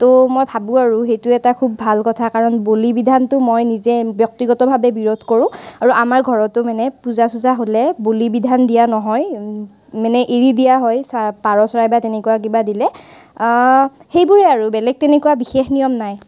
তো মই ভাবোঁ আৰু সেইটো এটা খুব ভাল কথা কাৰণ বলি বিধানটো মই নিজে ব্যক্তিগতভাৱে বিৰোধ কৰোঁ আৰু আমাৰ ঘৰতো মানে পূজা চূজা হ'লে বলি বিধান দিয়া নহয় মানে এৰি দিয়া হয় পাৰ চৰাই বা তেনেকুৱা কিবা দিলে সেইবোৰেই আৰু বেলেগ তেনেকুৱা বিশেষ নিয়ম নাই